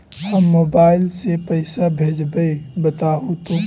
हम मोबाईल से पईसा भेजबई बताहु तो?